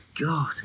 God